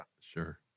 Sure